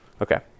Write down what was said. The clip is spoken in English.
Okay